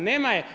Nema je.